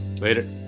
Later